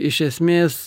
iš esmės